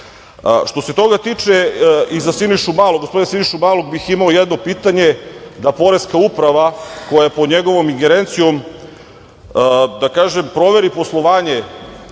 se toga tiče, i za gospodina Sinišu Malog bih imao jedno pitanje, da Poreska uprava, koja je pod njegovom ingerencijom, da kažem, proveri poslovanje